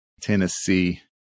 Tennessee